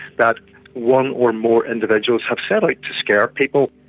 that one or more individuals have set out to scare people.